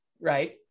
right